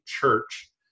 church